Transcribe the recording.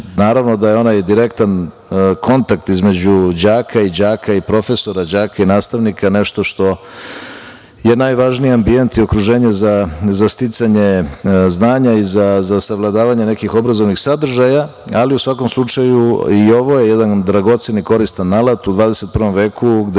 Naravno da je onaj direktan kontakt između đaka i đaka i profesora i đaka i nastavnika nešto što je najvažniji ambijent i okruženje za sticanje znanja i za sagledavanje nekih obrazovnih sadržaja, ali u svakom slučaju i ovo je jedan dragocen i koristan alat u 21. veku gde